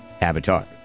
Avatar